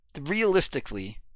realistically